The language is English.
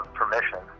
permission